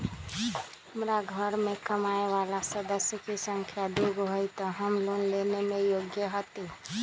हमार घर मैं कमाए वाला सदस्य की संख्या दुगो हाई त हम लोन लेने में योग्य हती?